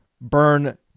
burn